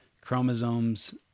chromosomes